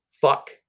Fuck